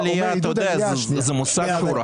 עידוד העלייה הוא מושג רחב.